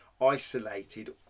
isolated